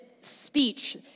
speech